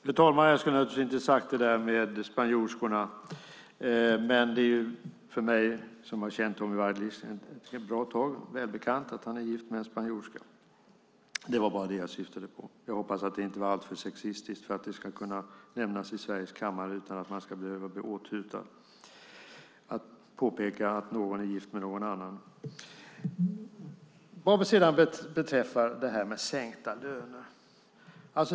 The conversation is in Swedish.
Fru talman! Jag skulle naturligtvis inte ha sagt det där om spanjorskorna, men för mig som har känt Tommy Waidelich ett bra tag är det väl bekant att han är gift med en spanjorska. Det var bara detta jag syftade på. Jag hoppas att det inte var alltför sexistiskt och att man i riksdagens kammare utan att bli åthutad ska kunna nämna att någon är gift med någon annan. Ulla Andersson talar om sänkta löner.